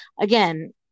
Again